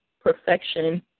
perfection